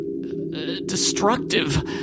destructive